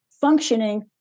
functioning